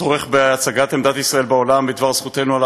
הצורך בהצגת עמדת ישראל בעולם בדבר זכותנו על